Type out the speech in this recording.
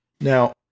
now